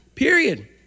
Period